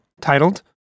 titled